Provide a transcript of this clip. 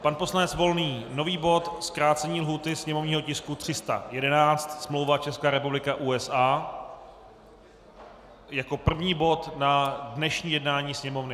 Pan poslanec Volný nový bod, zkrácení lhůty sněmovního tisku 311, smlouva Česká republika USA, jako první bod na dnešní jednání Sněmovny.